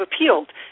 appealed